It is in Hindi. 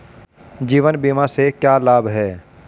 जीवन बीमा से क्या लाभ हैं?